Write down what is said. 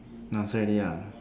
not fair already ya